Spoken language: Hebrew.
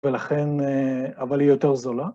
‫ולכן, אבל היא יותר זולה.